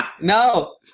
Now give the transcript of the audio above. no